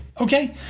Okay